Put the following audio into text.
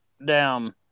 down